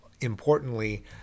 importantly